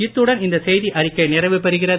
இத்துடன் இந்த செய்தியறிக்கை நிறைவுபெறுகிறது